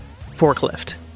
forklift